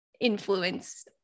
influence